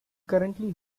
currently